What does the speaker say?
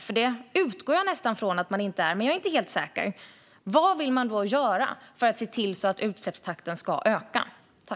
Jag utgår nästan från att man inte är det, men jag är inte helt säker. Om man inte är det, vad vill man då göra för att se till att takten ökar när det gäller att minska utsläppen?